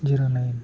zero nine